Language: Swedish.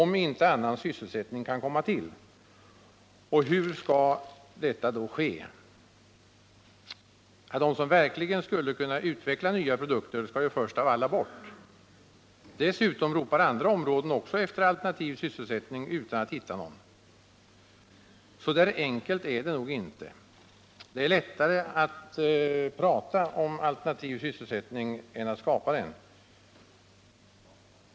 Men hur skall detta ske? De personer som verkligen skulle kunna utveckla nya produkter skall ju först av alla bort. Dessutom ropar också andra områden efter alternativ sysselsättning utan att hitta någon sådan. Så enkelt är det nog inte. Det är lättare att tala om alternativ sysselsättning än att skapa den.